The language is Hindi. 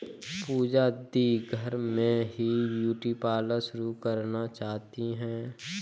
पूजा दी घर में ही ब्यूटी पार्लर शुरू करना चाहती है